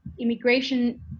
immigration